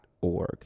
org